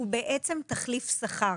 הוא בעצם תחליף שכר.